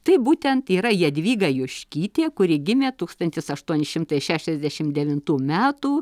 taip būtent yra jadvyga juškytė kuri gimė tūkstantis aštuoni šimtai šešiasdešim devintų metų